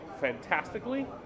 fantastically